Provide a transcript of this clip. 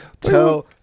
tell